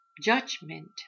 judgment